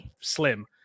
slim